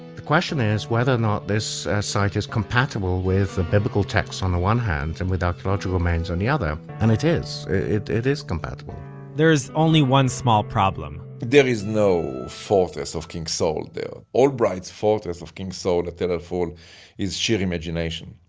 the question is whether or not this site is compatible with the biblical text on the one hand and with archeological remains on the other, and it is. it it is compatible there's only one small problem there is no fortress of king saul there. albright's fortress of king saul at tell el-ful is sheer imagination.